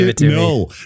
no